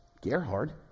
Gerhard